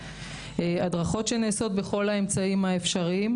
הדרכות שנעשות בכל האמצעים האפשריים,